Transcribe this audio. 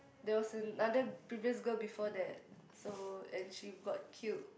there was another previous girl before that so and she got killed